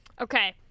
Okay